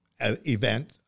event